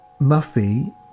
muffy